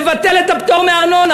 לבטל את הפטור מארנונה,